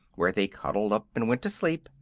where they cuddled up and went to sleep,